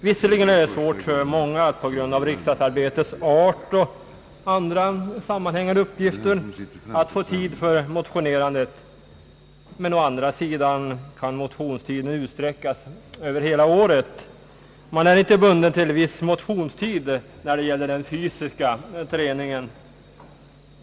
Visserligen är det på grund av riksdagsarbetets art och andra sammanhängande uppgifter svårt för många att få tid för motionerandet, men å andra sidan kan motionstiden utsträckas över hela året. Man är inte bunden till viss motionstid när det gäller den fysiska träningen.